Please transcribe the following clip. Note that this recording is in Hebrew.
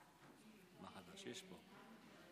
אחרת הייתי, אנחנו הרי מסכימים, אין